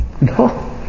No